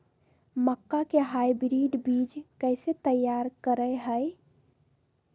मक्का के हाइब्रिड बीज कैसे तैयार करय हैय?